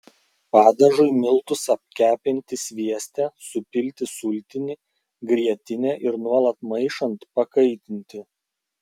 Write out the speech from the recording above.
padažui miltus apkepinti svieste supilti sultinį grietinę ir nuolat maišant pakaitinti